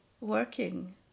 working